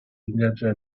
ingaggiare